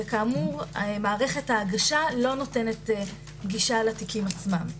וכאמור מערכת ההגשה לא נותנת גישה לתיקים עצמם.